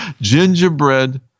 Gingerbread